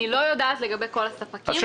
אני לא יודעת לגבי כל הספקים --- יש